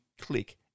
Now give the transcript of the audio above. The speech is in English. click